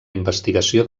investigació